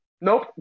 nope